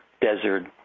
desert